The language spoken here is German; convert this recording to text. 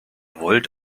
wollt